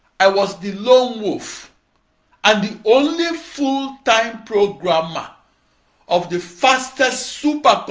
i was the lone wolf and the only full time programmer of the fastest supercomputer